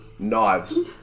Knives